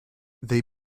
they